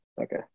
Okay